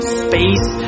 space